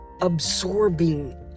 absorbing